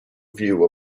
view